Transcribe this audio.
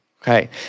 Okay